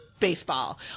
baseball